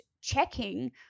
checking